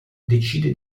decide